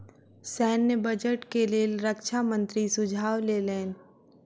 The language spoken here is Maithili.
सैन्य बजट के लेल रक्षा मंत्री सुझाव लेलैन